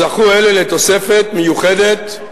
זכו אלה לתוספת מיוחדת,